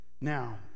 Now